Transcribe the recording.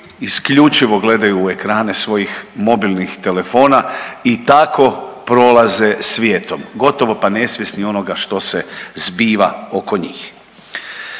isključivo gledaju u ekrane svojih mobilnih telefona i tako prolaze svijetom gotovo pa nesvjesni onoga što se zbiva oko njih.